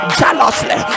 jealously